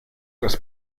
las